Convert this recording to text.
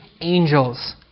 angels